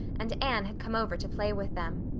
and anne had come over to play with them.